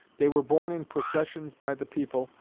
they were borne in processions by the people,